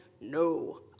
no